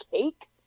cake